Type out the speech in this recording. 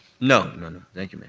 no. thank you. mayor